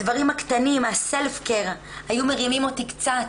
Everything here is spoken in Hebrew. הדברים הקטנים, ה-self-care היו מרימים אותי קצת.